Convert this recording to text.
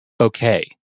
okay